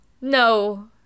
No